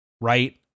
right